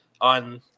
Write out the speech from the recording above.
on